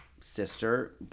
sister